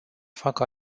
facă